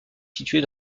située